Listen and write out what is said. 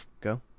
go